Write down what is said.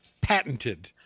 patented